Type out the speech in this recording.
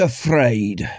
Afraid